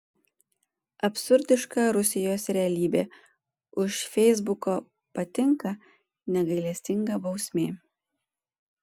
absurdiška rusijos realybė už feisbuko patinka negailestinga bausmė